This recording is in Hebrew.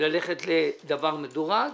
ללכת לדבר מדורג